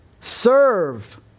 serve